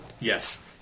yes